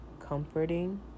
comforting